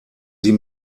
sie